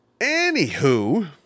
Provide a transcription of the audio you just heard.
Anywho